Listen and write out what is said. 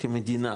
כמדינה,